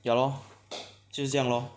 ya lor 就是这样 lor